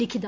ലിഖിത